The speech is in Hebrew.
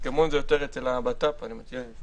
זה אמצעי שהוא